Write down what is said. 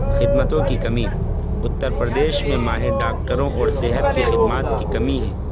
خدمتوں کی کمی اتر پردیش میں ماہر ڈاکٹروں اور صحت کی خدمات کی کمی ہے